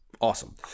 awesome